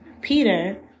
Peter